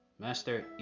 Master